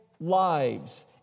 lives